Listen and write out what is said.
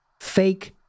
fake